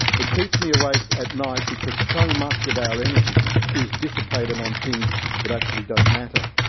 it keeps me awake at night because so much of our energy is dissipated on things that actually don't matter.